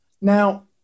Now